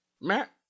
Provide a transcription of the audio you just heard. Matt